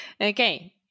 Okay